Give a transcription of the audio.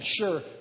Sure